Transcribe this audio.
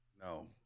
no